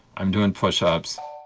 i'm doing push-ups.